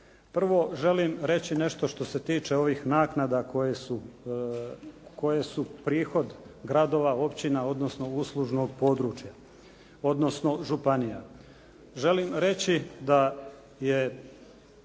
prvo želim reći nešto što se tiče ovih naknada koje su prihod gradova, općina odnosno uslužnog područja, odnosno županija.